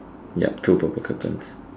yup two purple curtains